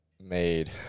made